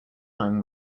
time